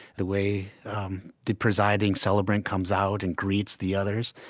the way the presiding celebrant comes out and greets the others.